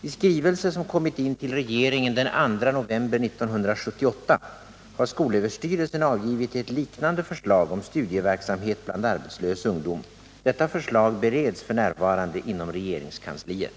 I skrivelse, som kom in till regeringen den 2 november 1978, har skolöverstyrelsen avgivit ett liknande förslag om studieverksamhet bland arbetslös ungdom. Detta förslag bereds f. n. inom regeringskansliet.